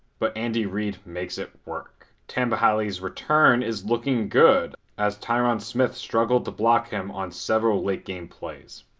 but andy reid makes it work. tamba hali's return is looking good, as tyron smith struggled to block him on several late game plays.